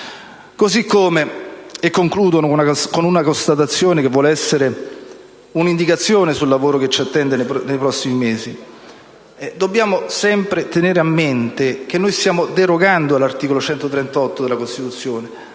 Così come, e concludo con una constatazione che vuole essere un'indicazione sul lavoro che ci attende nei prossimi mesi, dobbiamo sempre tenere a mente che noi stiamo derogando all'articolo 138 della Costituzione,